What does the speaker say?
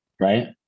Right